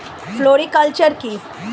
Floriculture কি?